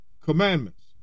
commandments